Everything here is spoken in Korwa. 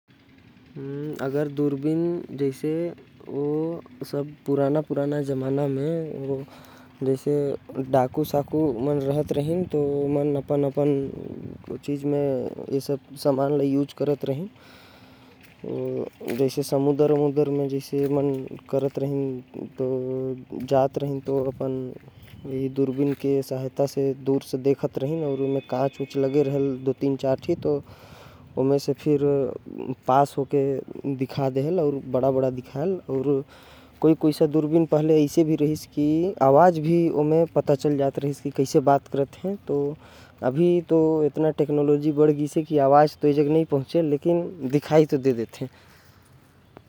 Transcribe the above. दूरबीन मन के पहिले सबसे ज्यादा इस्तेमाल डाकू मन करत रहिन। जेकर से ओमन दूर के चीज़ ल पास म बड़का बड़का देखत रहिन। दूरबीन म तीन चार ठो कांच लगे रहेल जेकर वजह से दूर के चीज़। पास म दिखथे अउ बड़का दिखथे।